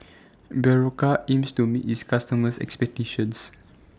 Berocca aims to meet its customers' expectations